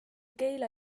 keila